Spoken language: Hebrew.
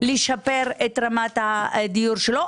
שמנסים לשפר את רמת הדיור שלהם,